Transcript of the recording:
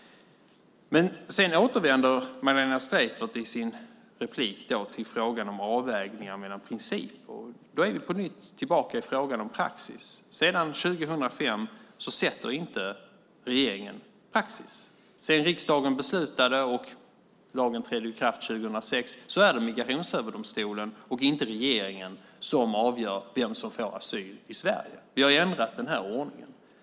Sedan återvänder Magdalena Streijffert i sitt inlägg till frågan om avvägningar mellan principer. Då är vi på nytt tillbaka i frågan om praxis. Sedan 2005 sätter inte regeringen praxis. Sedan riksdagen beslutade om och lagen trädde i kraft 2006 är det Migrationsöverdomstolen och inte regeringen som avgör vem som får asyl i Sverige. Vi har ändrat ordningen.